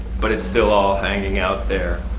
but it's still all hanging out there.